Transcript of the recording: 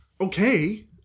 okay